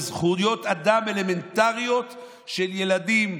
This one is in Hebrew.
בזכויות אדם אלמנטריות של ילדים,